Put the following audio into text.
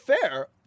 fair